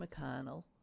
McConnell